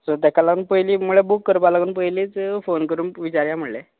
so तेका लागून पयली म्हणल्यार बूक करपा लागून पयलीच फोन करून विचारया म्हणलें